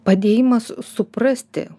padėjimas suprasti